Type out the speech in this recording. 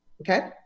okay